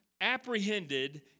apprehended